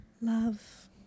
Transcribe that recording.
Love